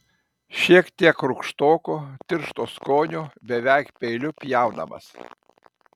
šiek tiek rūgštoko tiršto skonio beveik peiliu pjaunamas